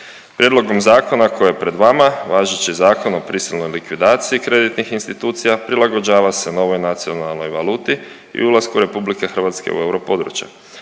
Prijedlogom zakona koji je pred vama važeći Zakon o prisilnoj likvidaciji kreditnih institucija prilagođava se novoj nacionalnoj valuti i ulasku RH u europodručje.